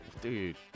dude